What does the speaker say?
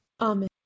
Amen